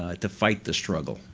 ah to fight the struggle.